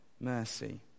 mercy